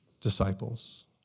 disciples